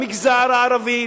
במגזר הערבי,